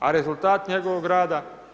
A rezultat njegovog rada?